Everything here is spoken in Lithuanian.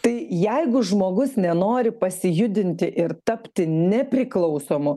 tai jeigu žmogus nenori pasijudinti ir tapti nepriklausomu